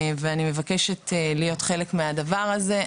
אני מבקשת להיות חלק מהדבר הזה.